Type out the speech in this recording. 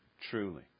truly